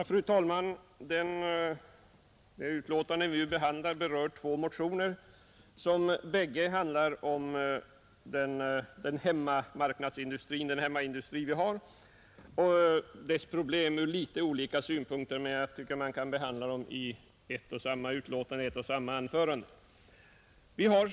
Fru talman! Det betänkande vi nu behandlar gäller två motioner som båda handlar om vår hemmaindustri och dess problem ur litet olika synvinklar, men jag tycker att man kan behandla dem i ett och samma betänkande och anförande.